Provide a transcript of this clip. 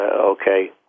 Okay